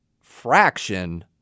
fraction